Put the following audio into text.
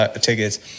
tickets